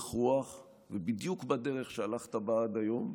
באורך רוח ובדיוק בדרך שהלכת בה עד היום,